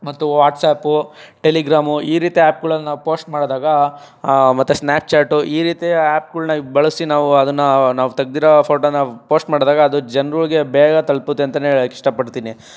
ಮತ್ತು WhatsApp Telegram ಈ ರೀತಿ ಆ್ಯಪ್ಗಳಲ್ಲಿ ನಾವು ಪೋಸ್ಟ್ ಮಾಡಿದಾಗ ಮತ್ತೆ ಸ್ನ್ಯಾಪ್ ಚ್ಯಾಟು ಈ ರೀತಿ ಆ್ಯಪ್ಗಳನ್ನ ಬಳಸಿ ನಾವು ಅದನ್ನು ನಾವು ತೆಗೆದಿರೊ ಫೋಟೊನ ಪೋಸ್ಟ್ ಮಾಡಿದಾಗ ಅದು ಜನರಿಗೆ ಬೇಗ ತಲುಪುತ್ತೆ ಅಂತಾನೆ ಹೇಳೋಕೆ ಇಷ್ಟಪಡ್ತೀನಿ